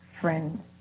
friends